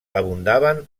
abundaven